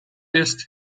ist